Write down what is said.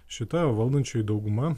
šita valdančioji dauguma